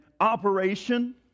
operation